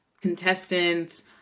contestants